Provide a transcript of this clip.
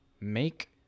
make